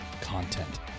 content